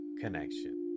connection